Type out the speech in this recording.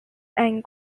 and